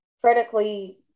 critically